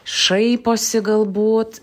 šaiposi galbūt